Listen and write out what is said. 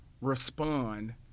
respond